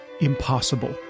impossible